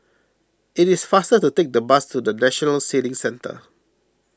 it is faster to take the bus to National Sailing Centre